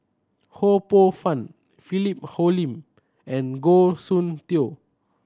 Ho Poh Fun Philip Hoalim and Goh Soon Tioe